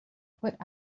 put